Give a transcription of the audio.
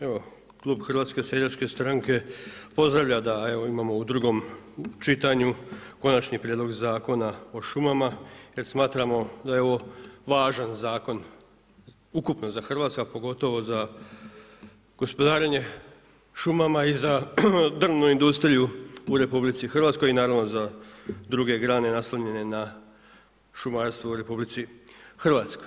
Evo Klub HSS-a pozdravlja da evo imamo u drugom čitanju Konačni prijedlog Zakona o šumama jer smatramo da je ovo važan zakon ukupno za Hrvatsku, pogotovo za gospodarenje šumama i za drvnu industriju u RH i naravno za druge grane naslonjene na šumarstvo u RH.